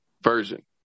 version